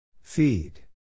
Feed